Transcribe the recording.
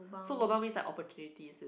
so lobang means like opportunities